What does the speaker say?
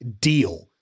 deal